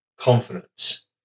confidence